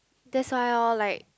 that's why all like